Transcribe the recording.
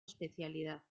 especialidad